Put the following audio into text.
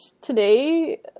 today